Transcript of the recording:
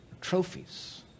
trophies